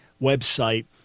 website